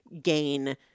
gain